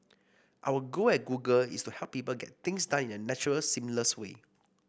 our goal at Google is to help people get things done in a natural seamless way